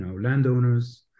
landowners